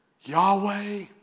Yahweh